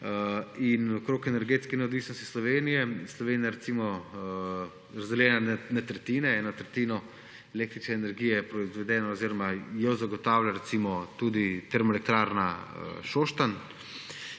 o energetski neodvisnosti Slovenije. Slovenija je razdeljena na tretjine. Eno tretjino električne energije proizvedemo oziroma jo zagotavlja tudi Termoelektrarna Šoštanj.